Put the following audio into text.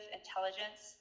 intelligence